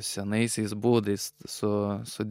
senaisiais būdais su su